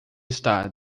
está